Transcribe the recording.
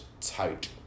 tight